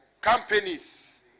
companies